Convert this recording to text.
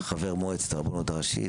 חבר מועצת הרבנות הראשית,